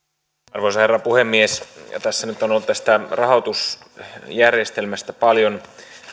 arvoisa herra puhemies tässä nyt on ollut tästä rahoitusjärjestelmästä paljon